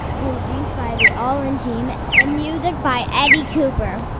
produced by the all in team and music by eddie cooper.